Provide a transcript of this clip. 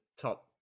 top